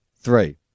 three